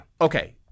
Okay